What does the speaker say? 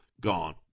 gone